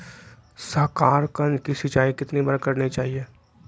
साकारकंद की सिंचाई कितनी बार करनी चाहिए?